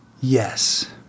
Yes